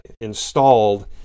installed